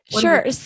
Sure